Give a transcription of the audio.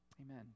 Amen